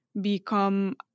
become